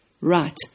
Right